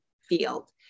field